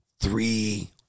three